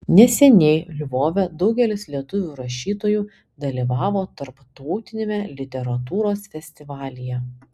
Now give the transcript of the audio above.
neseniai lvove daugelis lietuvių rašytojų dalyvavo tarptautiniame literatūros festivalyje